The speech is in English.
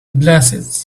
glasses